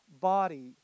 body